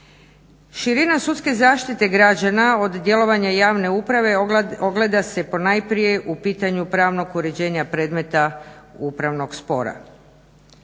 Širina sudske zaštite građana od djelovanja javne uprave ogleda se ponajprije u pitanju pravnog uređenja predmeta upravnog spora.